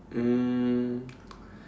um